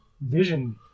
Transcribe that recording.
Vision